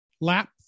lap